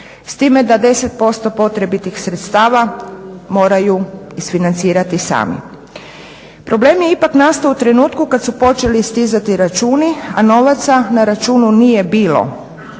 s time da 10% potrebitih sredstava moraju isfinancirati sami. Problem je ipak nastao u trenutku kad su počeli stizati računi, a novaca na računu nije bilo,